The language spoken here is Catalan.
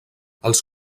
els